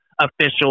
official